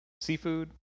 seafood